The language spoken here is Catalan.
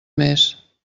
més